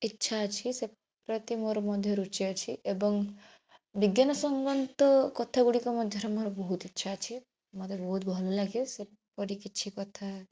ଇଚ୍ଛା ଅଛି ସେ ପ୍ରତି ମୋର ମଧ୍ୟ ରୁଚି ଅଛି ଏବଂ ବିଜ୍ଞାନ ସମ୍ମତ କଥା ଗୁଡ଼ିକ ମଧ୍ୟରେ ମୋର ବହୁତ ଇଛା ଅଛି ମୋତେ ବହୁତ ଭଲ ଲାଗେ ସେପରି କିଛି କଥା